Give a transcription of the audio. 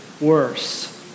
worse